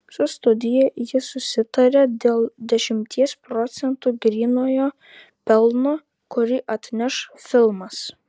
su studija jis susitarė dėl dešimties procentų grynojo pelno kurį atneš filmas